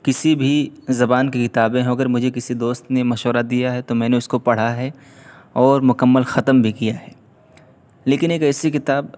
کسی بھی زبان کی کتابیں ہوں اگر مجھے کسی دوست نے مشورہ دیا ہے تو میں نے اس کو پڑھا ہے اور مکمل ختم بھی کیا ہے لیکن ایک ایسی کتاب